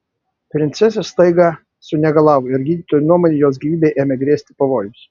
princesė staiga sunegalavo ir gydytojų nuomone jos gyvybei ėmė grėsti pavojus